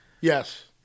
Yes